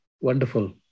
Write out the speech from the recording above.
Wonderful